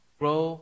grow